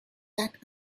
that